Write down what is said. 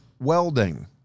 Welding